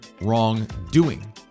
wrongdoing